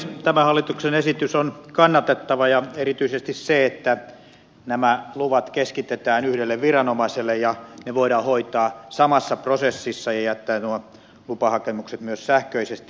tämä hallituksen esitys on kannatettava erityisesti se että nämä luvat keskitetään yhdelle viranomaiselle ja ne voidaan hoitaa samassa prosessissa ja jättää nuo lupahakemukset myös sähköisesti